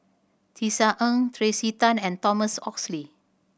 Tisa Ng Tracey Tan and Thomas Oxley